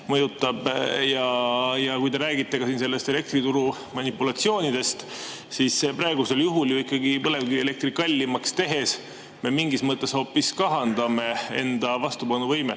mõjutab. Ja kui te räägite siin elektrituru manipulatsioonidest, siis praegusel juhul põlevkivielektrit kallimaks tehes me ju mingis mõttes hoopis kahandame enda vastupanuvõimet